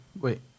Wait